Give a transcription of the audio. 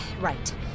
Right